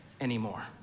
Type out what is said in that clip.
anymore